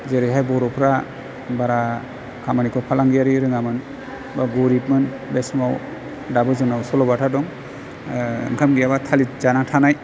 जेरैहाय बर'फ्रा बारा खामानिखौ फालांगियारि रोङामोन बा गोरिबमोन बे समाव दाबो जोंनाव सल'बाथा दं ओंखाम गैयाबा थालिर जानानै थानाय